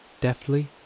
Deftly